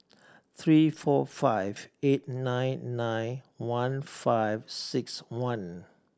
three four five eight nine nine one five six one